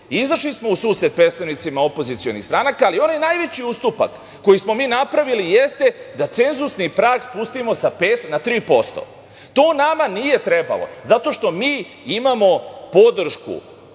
Izašli smo u susret predstavnicima opozicionih stranaka, ali onaj najveći ustupak koji smo mi napravili jeste da cenzusni prag spustimo sa 5% na 3%. To nama nije trebalo, zato što mi imamo podršku